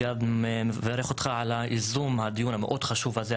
וגם מברך אותך על יזום הדיון המאוד חשוב הזה,